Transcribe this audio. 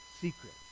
secret